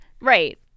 right